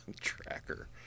Tracker